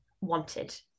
wanted